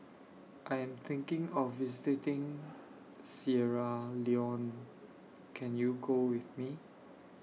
I Am thinking of visiting Sierra Leone Can YOU Go with Me